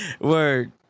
word